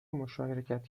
مشارکت